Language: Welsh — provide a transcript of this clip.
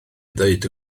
ddweud